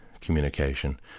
communication